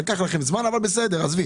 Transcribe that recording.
לקח לכם זמן אבל בסדר, עזבי.